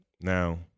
Now